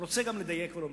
גם רוצה לדייק ולומר: